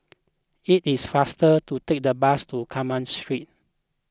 it is faster to take the bus to Carmen Street